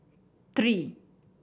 three